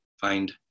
find